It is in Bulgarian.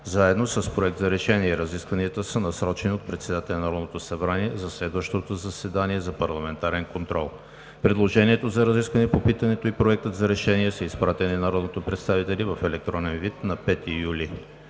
заедно с проект за решение. Разискванията са насрочени от председателя на Народното събрание за следващото заседание за парламентарен контрол. Предложението за разисквания по питането и проектът за решение са изпратени на народните представители в електронен вид на 5 юли